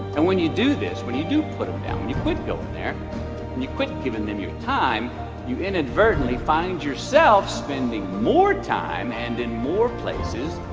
and when you do this, when you do put them down, when you quit going there when and you quit giving them your time you inadvertently find yourself spending more time and in more places